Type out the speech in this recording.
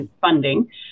funding